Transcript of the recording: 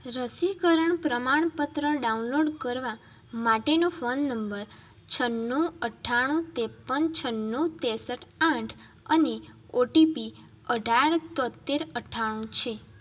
રસીકરણ પ્રમાણપત્ર ડાઉનલોડ કરવા માટેનો ફોન નંબર છન્નું અઠ્ઠાણું ત્રેપ્પન છન્નું ત્રેસઠ આઠ અને ઓ ટી પી અઢાર તોત્તેર અઠ્ઠાણું છે